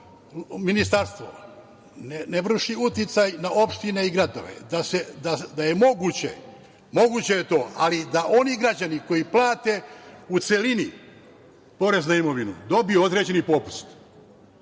ministarstvo ne vrši uticaj na opštine i gradove da je moguće, a moguće je to ali da oni građani koji plate u celini porez na imovinu dobiju određeni popust.